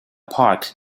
park